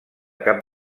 cap